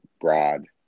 broad